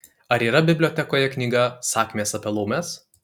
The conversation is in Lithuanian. ar yra bibliotekoje knyga sakmės apie laumes